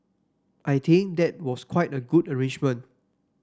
I think that was quite a good arrangement